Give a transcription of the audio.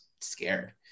scared